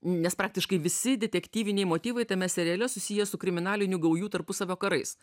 nes praktiškai visi detektyviniai motyvai tai mes seriale susiję su kriminalinių gaujų tarpusavio karais